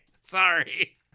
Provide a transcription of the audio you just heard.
Sorry